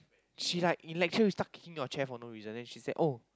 she like in lecture will start kicking your chair for no reason then she say oh